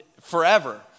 forever